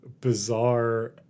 bizarre